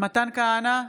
מתן כהנא,